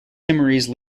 timorese